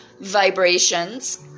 Vibrations